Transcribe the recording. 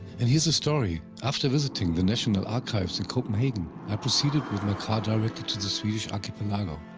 and here's the story. after visiting the national archives in copenhagen, i proceeded with my car directly to the swedish archipelago.